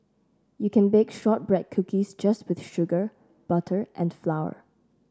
you can bake shortbread cookies just with sugar butter and flour